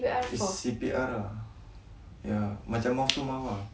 it's C_P_R ah macam mouth to mouth ah